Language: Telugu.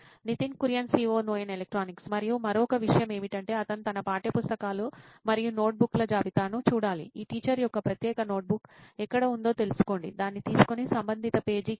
నితిన్ కురియన్ COO నోయిన్ ఎలక్ట్రానిక్స్ మరియు మరొక విషయం ఏమిటంటే అతను తన పాఠ్యపుస్తకాలు మరియు నోట్బుక్ల జాబితాను చూడాలి ఈ టీచర్ యొక్క ప్రత్యేక నోట్బుక్ ఎక్కడ ఉందో తెలుసుకోండి దాన్ని తీసికొని సంబంధిత పేజీకి రండి